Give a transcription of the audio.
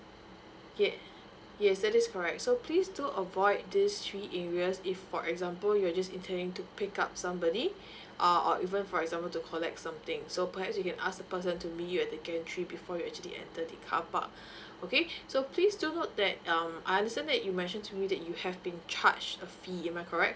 yes yes that is correct so please do avoid this three areas if for example you just intending to pick up somebody uh or even for example to collect something so perhaps you can ask the person to meet you and the gate entry before you actually enter the car park okay so please to note that um I understand that you mentioned to me that you have been charged a fee am I correct